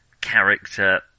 character